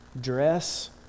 dress